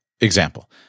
Example